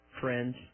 friends